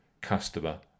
Customer